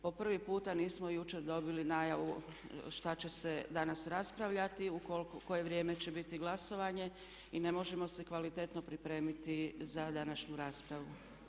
Po prvi puta nismo jučer dobili najavu šta će se danas raspravljati, u koje vrijeme će biti glasovanje i ne možemo se kvalitetno pripremiti za današnju raspravu.